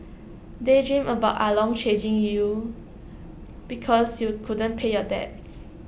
daydream about ah long chasing you because you couldn't pay your debts